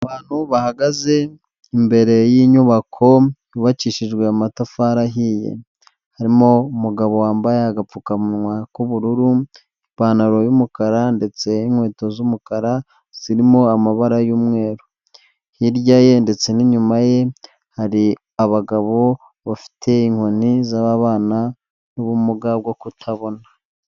Abantu bahagaze imbere y'inyubako yubakishijwe amatafari ahiye harimo umugabo wambaye agapfukamunwa k'ubururu ipantaro y'umukara ndetse n'inkweto z'umukara zirimo amabara y'umweru hirya ye ndetse n'inyuma ye hari abagabo bafite inkoni z'ababana n'ubumuga bwo kutabona.